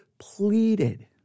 pleaded